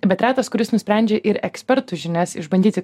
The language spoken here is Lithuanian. bet retas kuris nusprendžia ir ekspertų žinias išbandyti